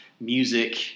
music